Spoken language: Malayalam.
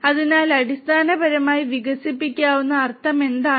അതിനാൽ അടിസ്ഥാനപരമായി വികസിപ്പിക്കാവുന്ന അർത്ഥം എന്താണ്